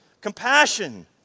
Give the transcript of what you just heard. compassion